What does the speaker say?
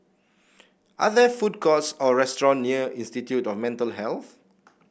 are there food courts or restaurant near Institute of Mental Health